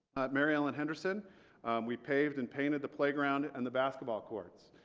mary ellen henderson we paved and painted the playground and the basketball courts.